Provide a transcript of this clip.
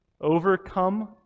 Overcome